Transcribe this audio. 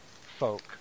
folk